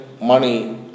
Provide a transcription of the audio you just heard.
money